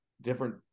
different